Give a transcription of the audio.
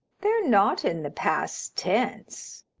they're not in the past tense,